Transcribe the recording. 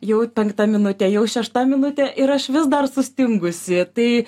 jau penktą minutę jau šešta minutė ir aš vis dar sustingusi tai